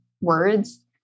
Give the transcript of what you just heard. words